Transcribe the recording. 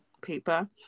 paper